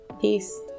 peace